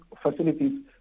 facilities